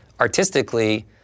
artistically